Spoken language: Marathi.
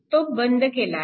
तो बंद केला आहे